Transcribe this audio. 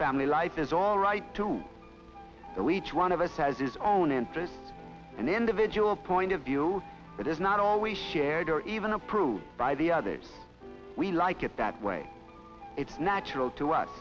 family life is all right to know each one of us has his own interests an individual point of view that is not always shared or even approved by the others we like it that way it's natural to us